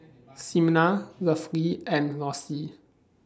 Ximena Lovey and Lossie